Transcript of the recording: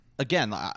again